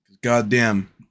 Goddamn